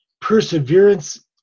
perseverance